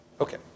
Okay